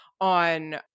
on